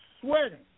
sweating